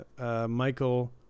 Michael